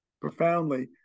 profoundly